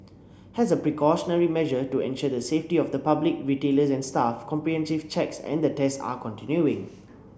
as a precautionary measure to ensure the safety of the public retailers and staff comprehensive checks and the tests are continuing